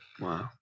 Wow